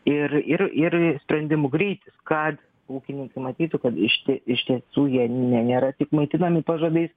ir ir ir sprendimų greitis kad ūkininkai pamatytų kad iš ties iš tiesų jie nėra tik maitinami pažadais